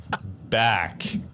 back